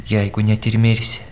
jeigu net ir mirsi